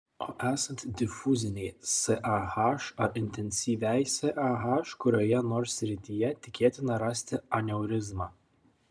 o esant difuzinei sah ar intensyviai sah kurioje nors srityje tikėtina rasti aneurizmą